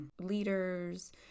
leaders